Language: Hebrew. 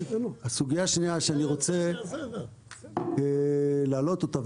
הסוגייה השנייה שאני רוצה להעלות אותה,